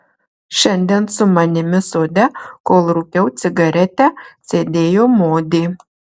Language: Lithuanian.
šiandien su manimi sode kol rūkiau cigaretę sėdėjo modė